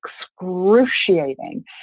excruciating